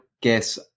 guess